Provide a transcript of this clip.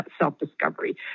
self-discovery